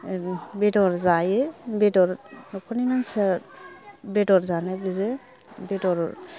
बेदर जायो बेदर नखरनि मानसिया बेदर जानो बियो बेदर